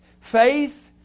Faith